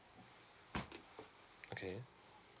okay